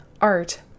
art